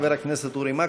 חבר הכנסת אורי מקלב.